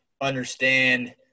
understand